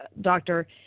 doctor